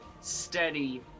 steady